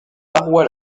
paroi